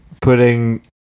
putting